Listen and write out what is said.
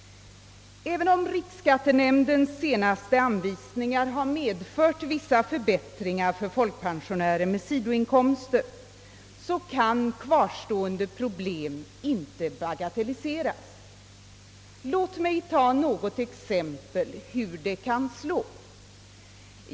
även om riksskattenämndens senaste anvisningar medfört vissa förbättringar för folkpensionärer med sidoinkomster, kan kvarstående problem inte bagatelliseras. Låt mig anföra några exempel på hur det nuvarande systemet kan slå.